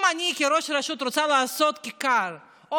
אם אני כראש רשות רוצה לעשות כיכר או